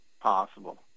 possible